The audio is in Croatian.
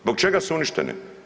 Zbog čega su uništene?